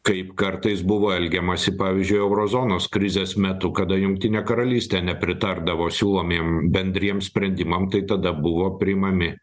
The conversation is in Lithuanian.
kaip kartais buvo elgiamasi pavyzdžiui euro zonos krizės metu kada jungtinė karalystė nepritardavo siūlomiem bendriem sprendimam tai tada buvo priimami